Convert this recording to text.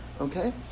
Okay